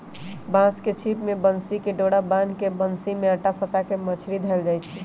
बांस के छिप में बन्सी कें डोरा बान्ह् के बन्सि में अटा फसा के मछरि धएले जाइ छै